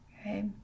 okay